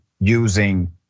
Using